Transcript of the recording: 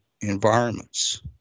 environments